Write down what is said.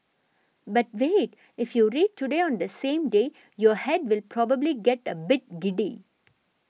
but wait if you read Today on the same day your head will probably get a bit giddy